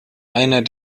einer